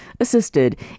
assisted